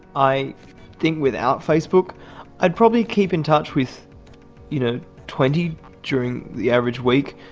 i think without facebook i probably keep in touch with you know twenty during the average week.